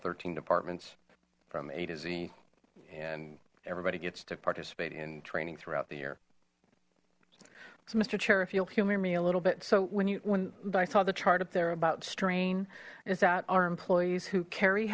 thirteen departments from a to z and everybody gets to participate in training throughout the year so mister chair if you'll humor me a little bit so when you when i saw the chart up there about strain is that our employees who carry